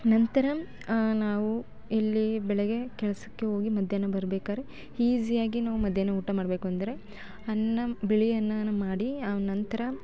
ನಂತರ ನಾವೂ ಇಲ್ಲೀ ಬೆಳಗ್ಗೇ ಕೆಲಸಕ್ಕೆ ಹೋಗಿ ಮಧ್ಯಾಹ್ನ ಬರ್ಬೇಕಾದ್ರೆ ಈಝಿಯಾಗಿ ನಾವು ಮಧ್ಯಾಹ್ನ ಊಟ ಮಾಡ್ಬೇಕಂದ್ರೆ ಅನ್ನ ಬಿಳಿ ಅನ್ನಾ ಮಾಡಿ ಆ ನಂತರ